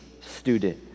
student